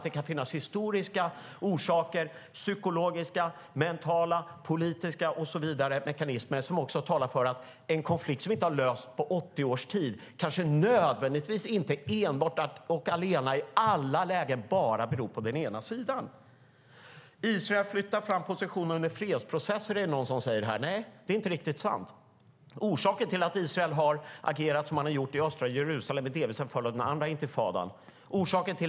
Det kan finnas historiska, psykologiska, mentala, politiska mekanismer och så vidare som ligger bakom en sådan här konflikt, och en konflikt som inte har lösts på 80 års tid kanske nödvändigtvis inte enbart och allena i alla lägen bara beror på den ena sidan. Israel flyttar fram positionerna under fredsprocesser, är det någon som säger här. Nej, det är inte riktigt sant. Orsaken till att Israel har agerat som man har gjort i östra Jerusalem är delvis en följd av den andra intifadan.